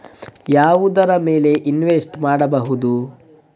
ಯಾವುದರ ಮೇಲೆ ಇನ್ವೆಸ್ಟ್ ಮಾಡಬಹುದು?